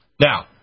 Now